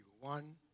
one